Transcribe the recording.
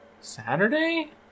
Saturday